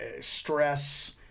stress